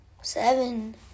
seven